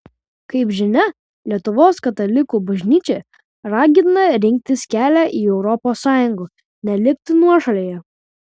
kaip žinia lietuvos katalikų bažnyčia ragina rinktis kelią į europos sąjungą nelikti nuošalėje